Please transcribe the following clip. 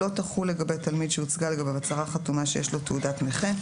לא תחול לגבי (1) תלמיד שהוצגה לגביו הצהרה חתומה שיש לו תעודת נכה,